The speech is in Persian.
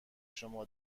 شما